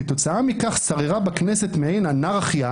כתוצאה מכך, שררה בכנסת מעין אנרכיה,